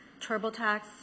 TurboTax